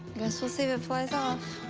guess we'll see if it flies off.